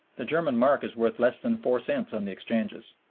the german mark is worth less than four cents on the exchanges.